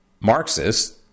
Marxist